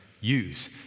use